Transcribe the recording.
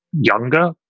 younger